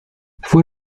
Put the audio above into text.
fue